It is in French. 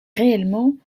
réellement